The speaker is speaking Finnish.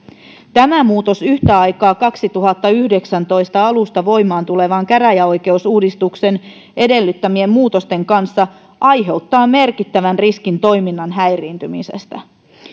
tämä muutos yhtä aikaa vuoden kaksituhattayhdeksäntoista alusta voimaan tulevan käräjäoikeusuudistuksen edellyttämien muutosten kanssa aiheuttaa merkittävän riskin toiminnan häiriintymisestä